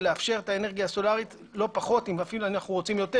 ולאפשר את האנרגיה הסולרית לא פחות ואפילו אנו רוצים יותר.